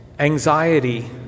Anxiety